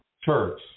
church